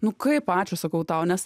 nu kaip ačiū sakau tau nes